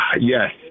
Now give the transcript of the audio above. Yes